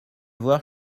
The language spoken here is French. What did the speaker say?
voir